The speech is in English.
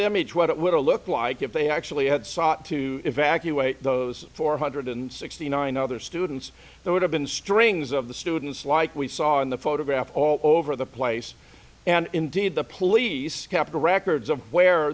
image what it would look like if they actually had sought to evacuate those four hundred and sixty nine other students there would have been strings of the students like we saw in the photograph all over the place and indeed the police kept records of where